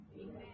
Amen